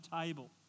table